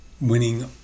winning